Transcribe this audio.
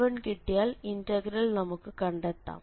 b1 കിട്ടിയാൽ integral നമുക്ക് കണ്ടെത്താം